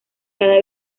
cada